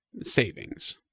savings